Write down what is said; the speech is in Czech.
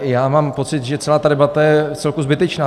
Já mám pocit, že celá ta debata je vcelku zbytečná.